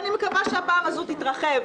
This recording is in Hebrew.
ואני מקווה שהפעם הזאת תתרחב,